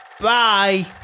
Bye